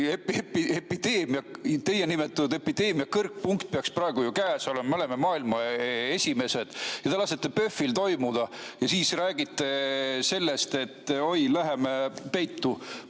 samal ajal. Teie nimetatud epideemia kõrgpunkt peaks ju praegu käes olema, me oleme maailmas esimesed. Te lasete PÖFF‑il toimuda ja siis räägite sellest, et oi, läheme peitu,